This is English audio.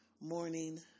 morning